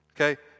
Okay